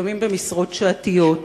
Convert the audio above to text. לפעמים במשרות שעתיות,